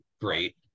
great